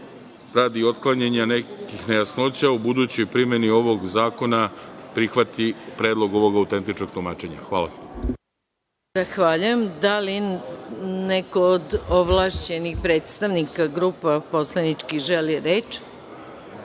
radi otklanjanja nekih nejasnoća, u budućoj primeni ovog zakona, prihvati Predlog ovog autentičnog tumačenja. Hvala. **Maja Gojković** Zahvaljujem. Da li neko od ovlašćenih predstavnika grupa poslaničkih želi reč?